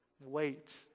Wait